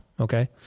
okay